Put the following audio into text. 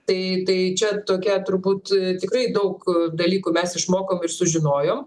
tai tai čia tokia turbūt tikrai daug dalykų mes išmokom ir sužinojom